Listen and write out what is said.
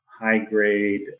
high-grade